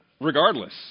regardless